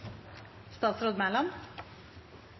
statsråd Mæland